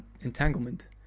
entanglement